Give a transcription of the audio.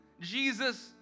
Jesus